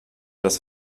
das